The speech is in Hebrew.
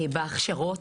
בהכשרות.